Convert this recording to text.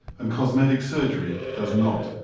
and cosmetic surgery does not.